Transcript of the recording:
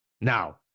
Now